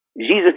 Jesus